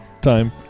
time